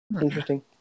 Interesting